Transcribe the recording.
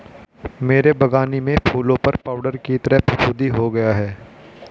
मेरे बगानी में फूलों पर पाउडर की तरह फुफुदी हो गया हैं